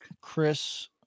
Chris